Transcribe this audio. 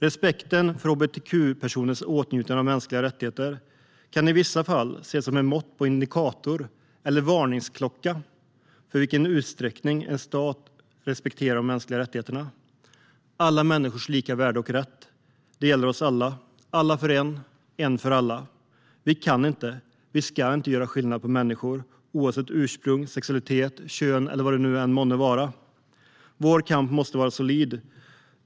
Respekten för hbtq-personers åtnjutande av mänskliga rättigheter kan i vissa fall ses som mått och indikator på eller varningsklocka för i vilken utsträckning en stat respekterar de mänskliga rättigheterna. Alla människors lika värde och rätt. Det gäller oss alla. Alla för en, en för alla. Vi kan och ska inte göra skillnad på människor oavsett ursprung, sexualitet, kön eller vad det än må vara. Vår kamp måste vara solid.